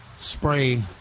Spray